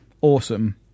awesome